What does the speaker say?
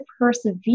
persevere